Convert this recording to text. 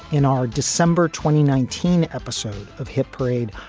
in our december twenty, nineteen episode of hit parade,